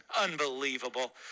Unbelievable